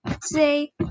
say